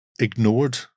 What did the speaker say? ignored